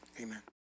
Amen